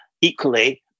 equally